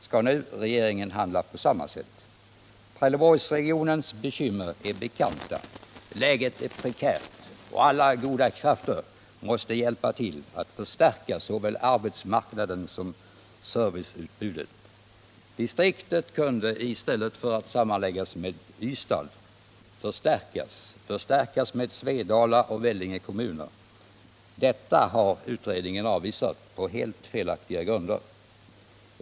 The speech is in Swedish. Skall nu regeringen handla på samma sätt? Trelleborgsregionens bekymmer är bekanta. Läget är prekärt, och alla goda krafter måste hjälpa till att förstärka såväl arbetsmarknaden som serviceutbudet. Distriktet kunde i stället för att sammanläggas med Ystad förstärkas med Svedala och Vellinge kommuner. Detta har utredningen avvisat på helt felaktiga grunder.